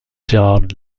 gerard